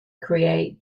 create